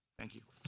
thank you.